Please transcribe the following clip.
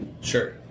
Sure